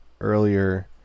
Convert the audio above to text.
earlier